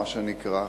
מה שנקרא,